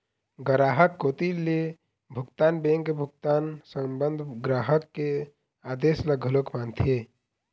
गराहक कोती ले भुगतान बेंक भुगतान संबंध ग्राहक के आदेस ल घलोक मानथे